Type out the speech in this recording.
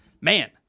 man